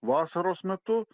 vasaros metu